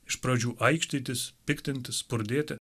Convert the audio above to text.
iš pradžių aikštytis piktintis spurdėti